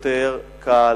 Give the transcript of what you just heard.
ידוע לכולם שיותר קל,